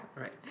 Right